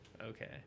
Okay